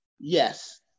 yes